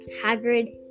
Hagrid